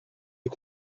est